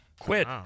quit